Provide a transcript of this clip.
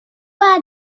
pas